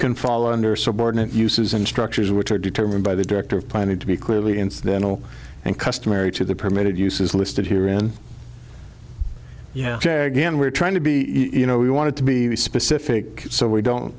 can fall under subordinate uses and structures which are determined by the director of planning to be clearly incidental and customary to the permitted uses listed here in yeah again we're trying to be you know we wanted to be specific so we don't